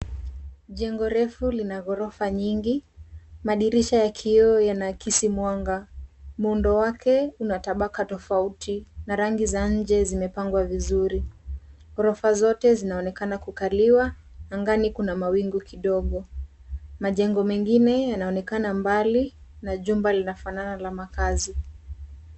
Jengo refu lina ghorofa nyingi. Madirisha ya kioo yanaakisi mwanga. Muundo wake una tabaka tofauti na rangi za nje zimepangwa vizuri. Ghorofa zote zinaonekan kukaliwa, angani kuna mawingu kidogo. Majengo mengine yanonekana mbali na jumba linafanana la makaazi.